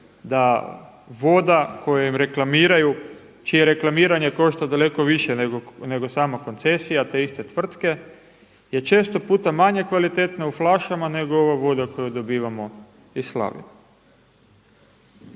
da voda koju im reklamiraju, čije reklamiranje košta daleko više nego sama koncesija te iste tvrtke je često puta manje kvalitetna u flašama nego ova voda koju dobivamo iz slavine.